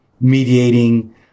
mediating